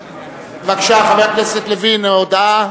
בבקשה, חבר הכנסת לוין, הודעה.